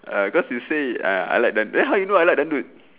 err cause you say ah I like du~ then how you know I like dollop